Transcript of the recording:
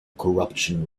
corruption